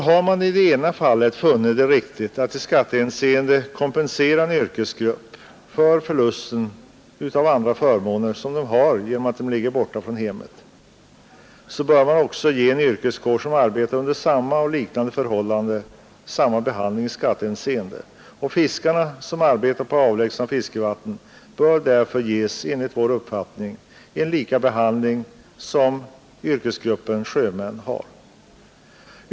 Har man i det ena fallet funnit det riktigt att kompensera en yrkesgrupp för den förlust av förmåner som dess medlemmar åsamkas genom att de ligger borta från hemmet, bör man ju ge en annan yrkeskår, som arbetar under samma eller liknande förhållanden, samma behandling i skattehänseende. De fiskare som arbetar i avlägsna fiskevatten bör därför enligt vår uppfattning ges samma behandling som yrkesgruppen sjömän.